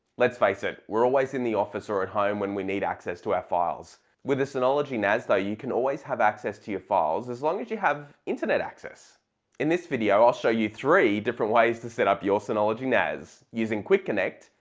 let's face it, we're always in the office or at home when we need access to our files with a synology nas though, you can always have access to your files as long as you have internet access in this video i'll show you three different ways to set up your synology nas using quickconnect,